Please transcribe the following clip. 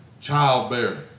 childbearing